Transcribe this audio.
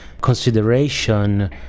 consideration